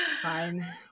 fine